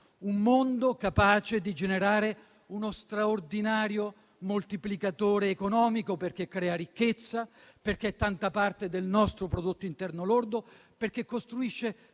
Un mondo capace di generare uno straordinario moltiplicatore economico, perché crea ricchezza, perché è tanta parte del nostro prodotto interno lordo, e perché costruisce